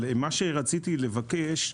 אבל מה שרציתי לבקש,